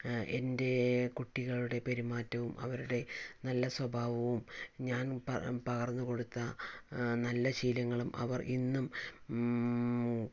എൻ്റെ കുട്ടികളുടെ പെരുമാറ്റവും അവരുടെ നല്ല സ്വഭാവവും ഞാൻ പക പകർന്നു കൊടുത്ത നല്ല ശീലങ്ങളും അവർ ഇന്നും